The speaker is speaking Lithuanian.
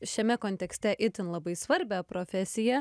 šiame kontekste itin labai svarbią profesiją